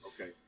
Okay